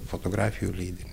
fotografijų leidini